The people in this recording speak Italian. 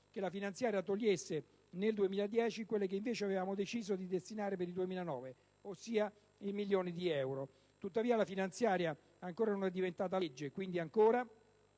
che la finanziaria togliesse nel 2010 quello che invece avevamo deciso di destinare per il 2009, ossia il milione di euro. Tuttavia la finanziaria non è ancora diventata legge; quindi ancora